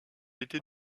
était